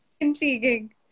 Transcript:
intriguing